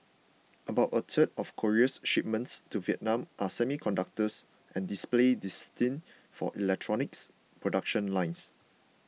about a third of Korea's shipments to Vietnam are semiconductors and displays destined for electronics production lines